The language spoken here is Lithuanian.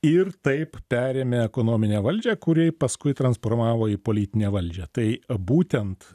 ir taip perėmė ekonominę valdžią kuri paskui transformavo į politinę valdžią tai būtent